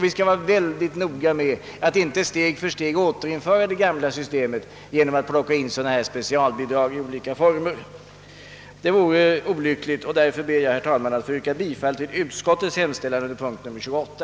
Vi bör därför akta oss noga för att steg för steg återinföra det gamla systemet genom att plocka in specialbidrag i olika former. Det vore olyckligt, och därför yrkar jag bifall till utskottets hemställan under punkt 28.